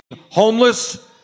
homeless